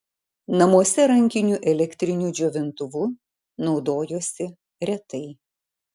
namuose rankiniu elektriniu džiovintuvu naudojosi retai